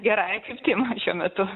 gerąja kryptim šiuo metu